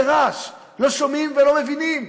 זה רעש, לא שומעים ולא מבינים.